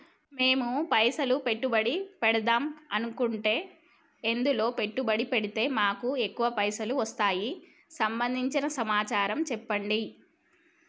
మేము పైసలు పెట్టుబడి పెడదాం అనుకుంటే ఎందులో పెట్టుబడి పెడితే మాకు ఎక్కువ పైసలు వస్తాయి సంబంధించిన సమాచారం చెప్పండి?